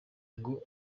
ngo